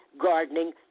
gardening